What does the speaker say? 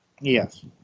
Yes